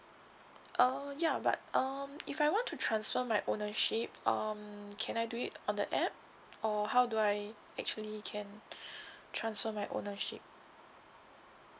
oh ya but um if I want to transfer my ownership um can I do it on the app or how do I actually can transfer my ownership